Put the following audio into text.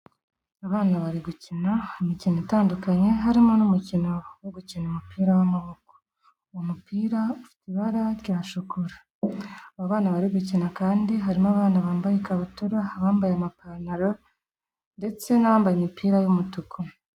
Abana bari gukina imikino itandukanye harimo n'umukino wo gukina umupira w'amaboko. Umupira ufite ibara rya shokora. Aba bana bari gukina kandi harimo abana bambaye ikabutura, abambaye amapantaro ndetse n'abambaye imipira y'umutuku.